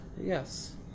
Yes